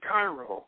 Cairo